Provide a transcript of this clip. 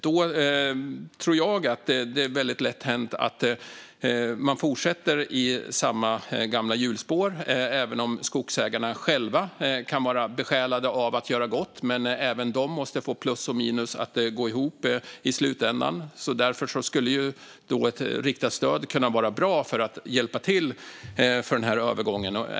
Då tror jag att det är lätt hänt att man fortsätter i samma gamla hjulspår även om skogsägarna själva kan vara besjälade av att göra gott, men även de måste få plus och minus att gå ihop i slutändan. Därför skulle ett riktat stöd kunna vara bra för att hjälpa till i den här övergången.